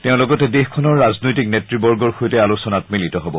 তেওঁ লগতে দেশখনৰ ৰাজনৈতিক নেত়বৰ্গৰ সৈতে আলোচনাত মিলিত হ'ব